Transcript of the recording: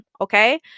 Okay